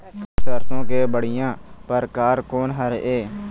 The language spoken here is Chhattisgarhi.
सरसों के बढ़िया परकार कोन हर ये?